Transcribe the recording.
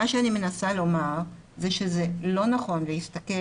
מה שאני מנסה לומר זה שזה לא נכון להסתכל